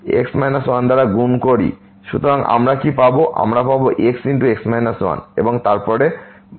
সুতরাং আমরা কি পাব আমরা পাবো xx 1 এবংতারপর x2